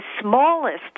smallest